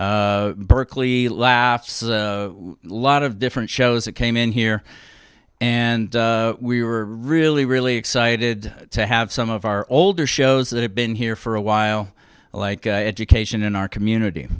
berkeley laughs a lot of different shows that came in here and we were really really excited to have some of our older shows that have been here for a while like education in our community